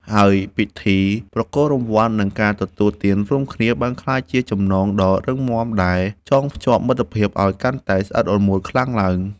ហើយពិធីប្រគល់រង្វាន់ និងការទទួលទានរួមគ្នា បានក្លាយជាចំណងដ៏រឹងមាំដែលចងភ្ជាប់មិត្តភាពឱ្យកាន់តែស្អិតរមួតខ្លាំងឡើង។